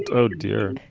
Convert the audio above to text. and oh, dear,